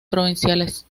provinciales